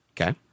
Okay